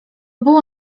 było